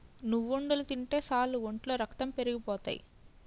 నువ్వుండలు తింటే సాలు ఒంట్లో రక్తం పెరిగిపోతాయి